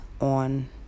on